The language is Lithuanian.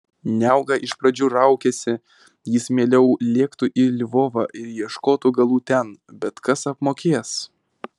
niauka iš pradžių raukėsi jis mieliau lėktų į lvovą ir ieškotų galų ten bet kas apmokės